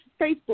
Facebook